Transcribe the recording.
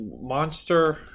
Monster